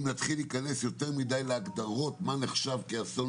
אם נתחיל להיכנס להגדרות מה נחשב כאסון